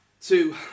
Two